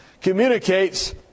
communicates